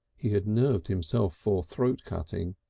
he had nerved himself for throat-cutting,